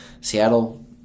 Seattle